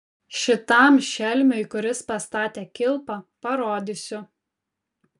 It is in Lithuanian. šitam šelmiui kuris pastatė kilpą parodysiu